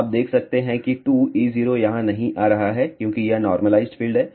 आप देख सकते हैं कि 2 E0 यहां नहीं आ रहा है क्योंकि यह नार्मलाइज्ड फील्ड है